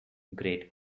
great